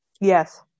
yes